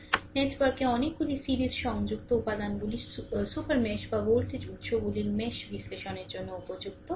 উদাহরণস্বরূপ নেটওয়ার্কে অনেকগুলি সিরিজ সংযুক্ত উপাদানগুলি সুপার মেস বা ভোল্টেজ উত্সগুলি মেশ বিশ্লেষণের জন্য উপযুক্ত